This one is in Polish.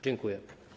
Dziękuję.